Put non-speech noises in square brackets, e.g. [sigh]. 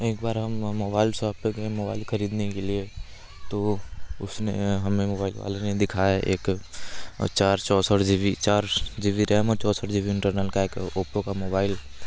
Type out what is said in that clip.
एक बार हम मो मोबाइल सॉप पे गए मोबाइल ख़रीदने के लिए तो वो उसने हमें मोबाइल वाले ने दिखाया एक चार चौंसठ जी बी चार जी बी रैम और चौंसठ जी बी इंटरनल [unintelligible] का ओपो का मोबाइल